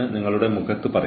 ഒരിക്കലും അങ്ങനെ ചെയ്യരുത്